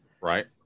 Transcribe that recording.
Right